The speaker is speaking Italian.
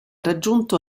raggiunto